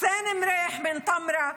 חוסין מריח מטמרה,